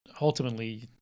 ultimately